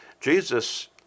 Jesus